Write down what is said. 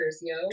yo